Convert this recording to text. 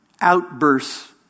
outbursts